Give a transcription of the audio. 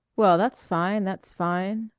well, that's fine, that's fine.